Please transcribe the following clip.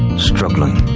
struggling,